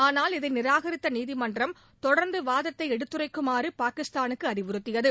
ஆனால் இதை நிராகரித்த நீதிமன்றம் தொடர்ந்து வாதத்தை எடுத்துரைக்குமாறு பாகிஸ்தானுக்கு அறிவுறுத்தியது